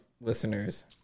listeners